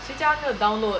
谁叫他没有 download